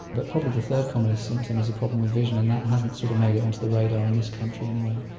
but probably the third commonest symptom is a problem with vision and that hasn't sort of made it onto the radar, in this country anyway.